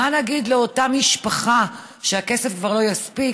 מה נגיד לאותה משפחה כשהכסף כבר לא יספיק,